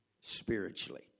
Spiritually